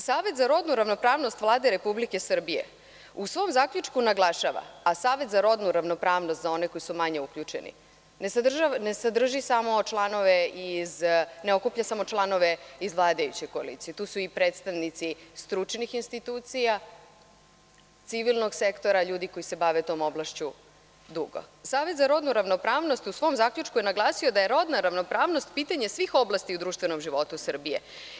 Savet za rodnu ravnopravnost Vlade Republike Srbije u svom zaključku naglašava, a Savet za rodnu ravnopravnost za one koji su manje uključeni ne okuplja samo članove iz vladajuće koalicije, tu su i predstavnici stručnih institucija, civilnog sektora, ljudi koji se bave tom oblašću dugo, znači, u svom zaključku je naglasio da je rodna ravnopravnost pitanje svih oblasti u društvenom životu Srbije.